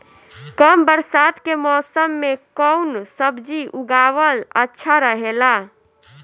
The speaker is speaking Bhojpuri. कम बरसात के मौसम में कउन सब्जी उगावल अच्छा रहेला?